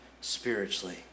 spiritually